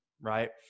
right